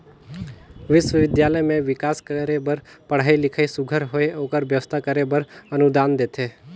बिस्वबिद्यालय में बिकास करे बर पढ़ई लिखई सुग्घर होए ओकर बेवस्था करे बर अनुदान देथे